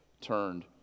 turned